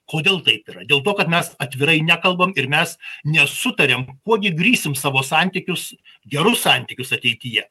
kodėl taip yra dėl to kad mes atvirai nekalbam ir mes nesutariam kuo gi grįsim savo santykius gerus santykius ateityje